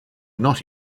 not